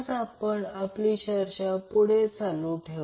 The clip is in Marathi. आता आपण एक साधे उदाहरण घेऊ